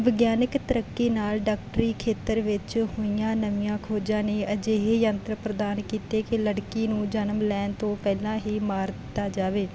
ਵਿਗਿਆਨਿਕ ਤਰੱਕੀ ਨਾਲ ਡਾਕਟਰੀ ਖੇਤਰ ਵਿੱਚ ਹੋਈਆਂ ਨਵੀਆਂ ਖੋਜਾਂ ਨੇ ਅਜਿਹੇ ਯੰਤਰ ਪ੍ਰਦਾਨ ਕੀਤੇ ਕਿ ਲੜਕੀ ਨੂੰ ਜਨਮ ਲੈਣ ਤੋਂ ਪਹਿਲਾਂ ਹੀ ਮਾਰ ਦਿੱਤਾ ਜਾਵੇ